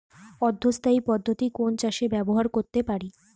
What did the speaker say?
অর্ধ স্থায়ী পদ্ধতি কোন চাষে ব্যবহার করতে পারি?